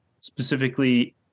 specifically